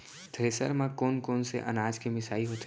Thresher म कोन कोन से अनाज के मिसाई होथे?